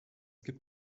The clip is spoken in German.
gibt